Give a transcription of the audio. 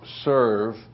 serve